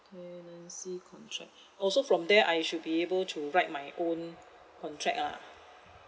tenancy contract oh so from there I should be able to write my own contract lah